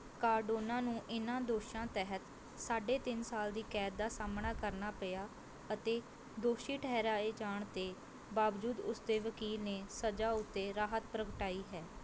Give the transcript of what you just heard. Cardano ਨੂੰ ਇਹਨਾਂ ਦੋਸ਼ਾਂ ਤਹਿਤ ਸਾਢੇ ਤਿੰਨ ਸਾਲ ਦੀ ਕੈਦ ਦਾ ਸਾਹਮਣਾ ਕਰਨਾ ਪਿਆ ਅਤੇ ਦੋਸ਼ੀ ਠਹਿਰਾਏ ਜਾਣ ਤੇ ਬਾਵਜੂਦ ਉਸ ਤੇ ਵਕੀਲ ਨੇ ਸਜ਼ਾ ਉੱਤੇ ਰਾਹਤ ਪ੍ਰਗਟਾਈ ਹੈ